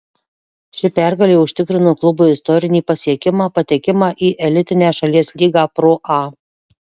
ši pergalė užtikrino klubui istorinį pasiekimą patekimą į elitinę šalies lygą pro a